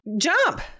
jump